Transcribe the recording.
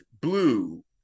blue